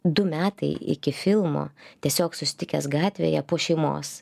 du metai iki filmo tiesiog susitikęs gatvėje po šeimos